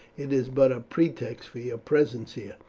it is but a pretext for your presence here.